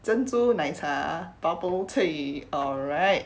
珍珠奶茶 bubble tea alright